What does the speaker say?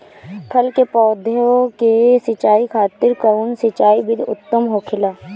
फल के पौधो के सिंचाई खातिर कउन सिंचाई विधि उत्तम होखेला?